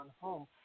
home